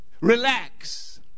relax